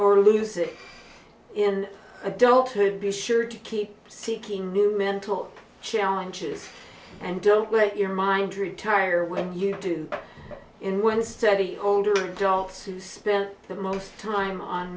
or lose it in adulthood be sure to keep seeking new man top challenges and don't let your mind retire when you do in one study older adults who spend the most time on